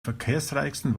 verkehrsreichsten